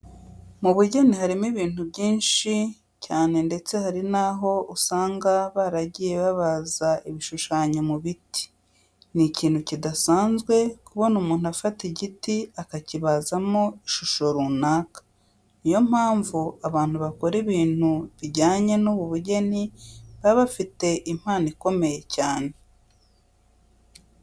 Mu bugeni habamo ibintu byinshi cyane ndetse hari naho usanga baragiye babaza ibishushanyo mu biti. Ni ikintu kidasanzwe kubona umuntu afata igiti akakibazamo ishusho runaka, ni yo mpamvu abantu bakora ibintu bijyanye n'ubu bugeni baba bafite impano ikomeye cyane.